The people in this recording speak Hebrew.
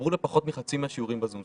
התחברו לפחות מחצי מהשיעורים בזום.